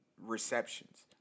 receptions